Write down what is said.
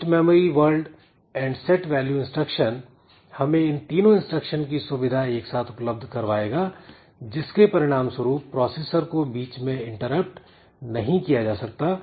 test memory world and set value instruction हमें इन तीनों इंस्ट्रक्शन की सुविधा एक साथ उपलब्ध करवाएगा जिसके परिणाम स्वरूप प्रोसेसर को बीच में इंटरप्ट नहीं किया जा सकता